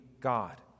God